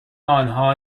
آنها